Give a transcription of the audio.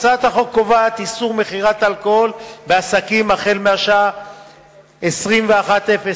הצעת החוק קובעת איסור מכירת אלכוהול בעסקים החל מהשעה 21:00,